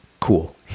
cool